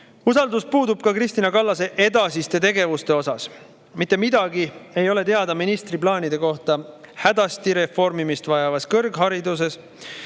usaldus Kristina Kallase edasise tegevuse vastu. Mitte midagi ei ole teada ministri plaanide kohta hädasti reformimist vajavas kõrghariduses.